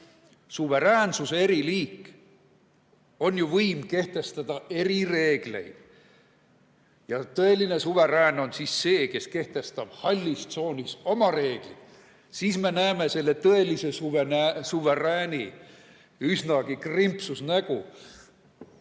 Suveräänsuse eriliik on ju võim kehtestada erireegleid. Tõeline suverään on see, kes kehtestab hallis tsoonis oma reeglid. Siis me näeme selle tõelise suverääni üsnagi krimpsus nägu.